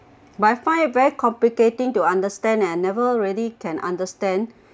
but I found it very complicating to understand and never really can understand